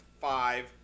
five